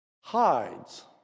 hides